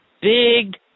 big